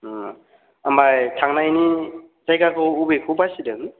ओमफ्राय थांनायनि जायगाखौ बबेखौ बासिदों